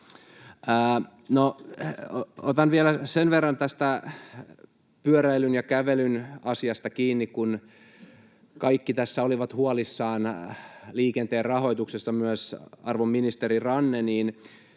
Otan vielä sen verran tästä pyöräilyn ja kävelyn asiasta kiinni, kun kaikki tässä olivat huolissaan liikenteen rahoituksesta, myös arvon ministeri Ranne,